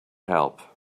help